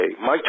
Mike